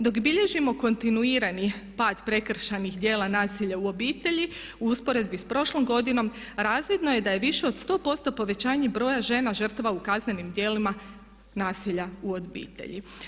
Dok bilježimo kontinuirani pad prekršajnih djela nasilja u obitelji u usporedbi s prošlom godinom razvidno je da je više od 100% povećanje broja žena žrtava u kaznenim djelima nasilja u obitelji.